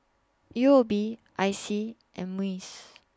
U O B I C and Muis